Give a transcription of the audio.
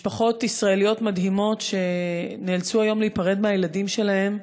משפחות ישראליות מדהימות שנאלצו היום להיפרד מהילדים שלהן.